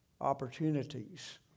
opportunities